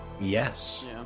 Yes